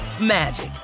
magic